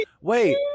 Wait